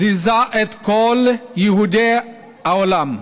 זעזע את כל יהודי העולם.